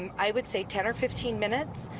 and i would say ten or fifteen minutes.